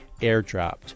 airdropped